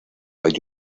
hay